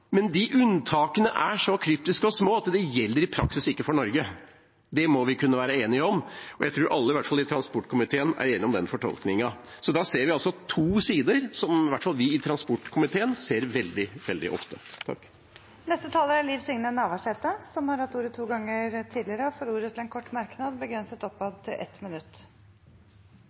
Men de unntakene er så kryptiske og små at de gjelder i praksis ikke for Norge – det må vi kunne være enige om. Jeg tror alle, i hvert fall i transportkomiteen er enige, om den fortolkningen. Så da har vi to sider som i hvert fall vi i transportkomiteen ser veldig, veldig ofte. Representanten Liv Signe Navarsete har hatt ordet to ganger tidligere og får ordet til en kort merknad, begrenset til 1 minutt.